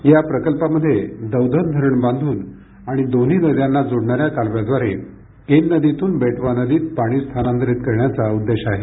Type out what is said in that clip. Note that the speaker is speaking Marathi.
या प्रकल्पामध्ये दौधन धरण बांधून आणि दोन्ही नद्यांना जोडणाऱ्या कालव्याद्वारे केन नदीतून बेटवा नदीत पाणी स्थानांतरित करण्याचा उद्देश आहे